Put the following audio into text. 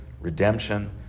redemption